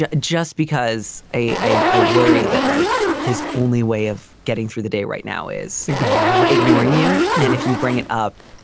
ah just because, a, i worry that like his only way of getting through the day right now is ignoring him, ignoring you and if you bring it up,